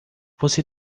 você